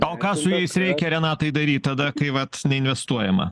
o ką su jais reikia renatai daryt tada kai vat neinvestuojama